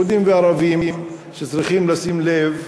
יהודים וערבים: צריכים לשים לב.